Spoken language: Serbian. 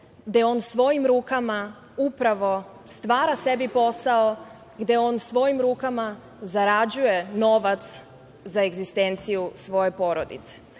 gde on svojim rukama upravo stvara sebi posao i da on svojim rukama zarađuje novac za egzistenciju svoje porodice.